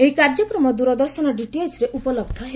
ଏହି କାର୍ଯ୍ୟକ୍ରମ ଦୂରଦର୍ଶନ ଡିଟିଏଚ୍ରେ ଉପଲହ୍ଧ ହେବ